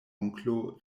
onklo